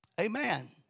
Amen